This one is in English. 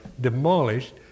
demolished